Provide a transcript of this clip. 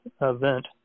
event